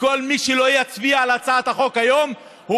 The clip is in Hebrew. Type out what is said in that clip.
וכל מי שלא יצביע על הצעת החוק היום אומר